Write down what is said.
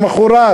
למחרת,